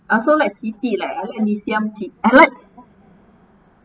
I also like qi ji leh I like mee siam chi I like